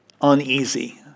uneasy